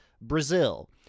Brazil